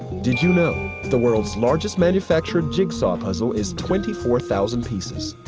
did you know the world's largest manufactured jigsaw puzzle is twenty four thousand pieces.